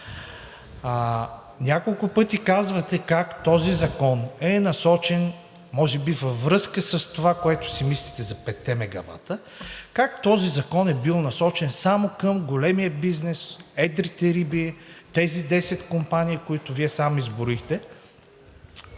Няколко пъти казвате как този закон е бил насочен – може би във връзка с това, което си мислите за 5-те мегавата, само към големия бизнес, едрите риби, тези 10 компании, които Вие сам изброихте.